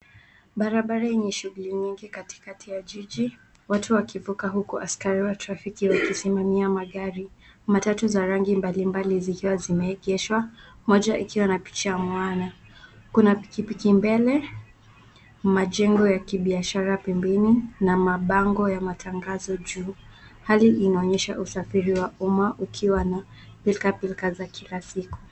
Barabara enye shughuli nyingi katikati ya jiji watu wakifuka huku askari wa trafiki wakisimamia magari. Matatu za rangi mbali mbali zikiwa limeegeshwa, moja akiwa na picha muame kuna pikipiki mbele majengo ya kibiashara pembeni na mabango ya matangazo juu. Hali inaonyesha usafiri wa umma ukiwa na pilkapilka za kila siku.